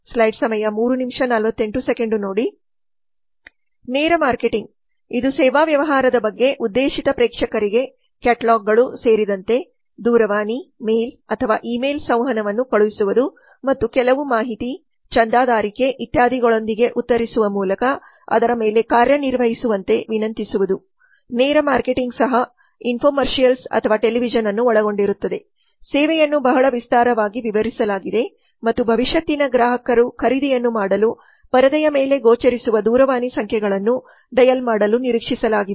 ನೇರ ಮಾರ್ಕೆಟಿಂಗ್ ಇದು ಸೇವಾ ವ್ಯವಹಾರದ ಬಗ್ಗೆ ಉದ್ದೇಶಿತ ಪ್ರೇಕ್ಷಕರಿಗೆ ಕ್ಯಾಟಲಾಗ್ಗಳು ಸೇರಿದಂತೆ ದೂರವಾಣಿ ಮೇಲ್ ಅಥವಾ ಇಮೇಲ್ ಸಂವಹನವನ್ನು ಕಳುಹಿಸುವುದು ಮತ್ತು ಕೆಲವು ಮಾಹಿತಿ ಚಂದಾದಾರಿಕೆ ಇತ್ಯಾದಿಗಳೊಂದಿಗೆ ಉತ್ತರಿಸುವ ಮೂಲಕ ಅದರ ಮೇಲೆ ಕಾರ್ಯನಿರ್ವಹಿಸುವಂತೆ ವಿನಂತಿಸುವುದು ನೇರ ಮಾರ್ಕೆಟಿಂಗ್ಸಹ ಇನ್ಫೊಮೆರ್ಶಿಯಲ್ಸ್ ಅಥವಾ ಟೆಲಿವಿಷನ್ ಅನ್ನು ಒಳಗೊಂಡಿರುತ್ತದೆ ಸೇವೆಯನ್ನು ಬಹಳ ವಿಸ್ತಾರ ವಾಗಿ ವಿವರಿಸಲಾಗಿದೆ ಮತ್ತು ಭವಿಷ್ಯತ್ತಿನ ಗ್ರಾಹಕರು ಖರೀದಿಯನ್ನು ಮಾಡಲು ಪರದೆಯ ಮೇಲೆ ಗೋಚರಿಸುವ ದೂರವಾಣಿ ಸಂಖ್ಯೆಗಳನ್ನು ಡಯಲ್ ಮಾಡಲು ನಿರೀಕ್ಷಿಸಲಾಗಿದೆ